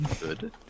Good